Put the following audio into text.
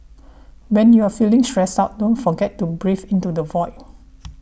when you are feeling stressed out don't forget to breathe into the void